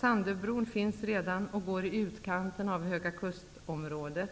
Sandöbron finns redan och går i utkanten av Högakusten-området.